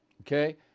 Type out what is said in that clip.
okay